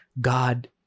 God